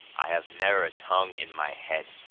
i have ne'er a tongue in my head!